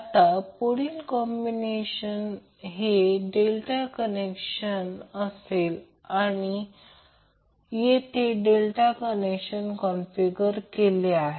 आता पुढील कॉम्बिनेशन हे डेल्टा कनेक्शन असेल तर येथे डेल्टा कनेक्शन कन्फिगर केले आहे